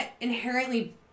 inherently